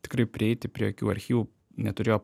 tikrai prieiti prie jokių archyvų neturėjo